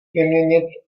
vyměnit